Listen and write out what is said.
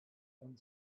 and